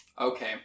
okay